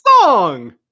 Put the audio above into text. song